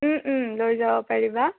লৈ যাব পাৰিবা